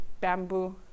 bamboo